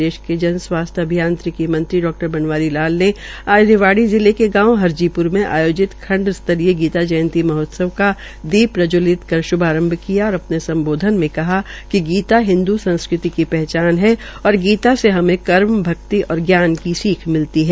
प्रदेश के जन स्वास्थ्य मंत्री डा बनवारी लाल ने आज रिवाडी जिले के गांव हरजीप्र में आयोजित खंड स्तरीय गीता जयंती महोत्सव का दीप प्रज्जवलित कर श्भारंभ किया और अपने सम्बोधन में कहा कि गीता हिन्दू संस्कृति की पहचान है और गीता से हमें कर्म भक्ति और जान की सीख मिलती है